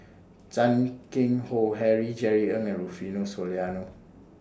Chan Keng Howe Harry Jerry Ng and Rufino Soliano